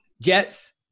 Jets